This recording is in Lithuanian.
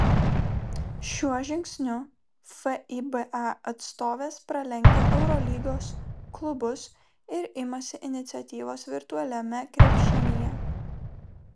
šiuo žingsniu fiba atstovės pralenkia eurolygos klubus ir imasi iniciatyvos virtualiame krepšinyje